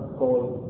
called